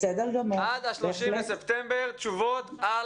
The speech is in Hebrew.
עד ה-30 בספטמבר תשובות על